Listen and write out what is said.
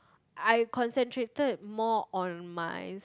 I concentrated more on my